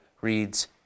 reads